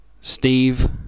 Steve